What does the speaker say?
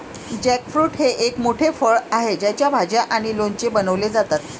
jackfruit हे एक मोठे फळ आहे ज्याच्या भाज्या आणि लोणचे बनवले जातात